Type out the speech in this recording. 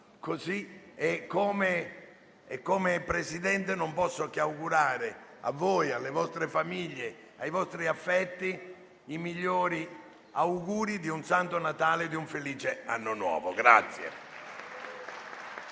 Come Presidente, non posso che rivolgere a voi, alle vostre famiglie e ai vostri affetti i migliori auguri di un Santo Natale e di un felice anno nuovo.